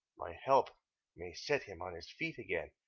my help may set him on his feet again,